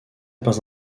pas